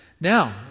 Now